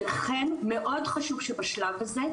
ולכן מאוד חשוב שבשלב הזה,